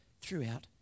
throughout